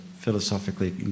philosophically